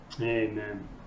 Amen